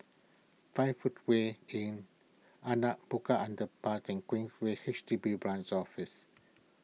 five Footway Inn Anak Bukit Underpass and Queensway H D B Branch Office